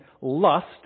lust